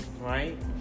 right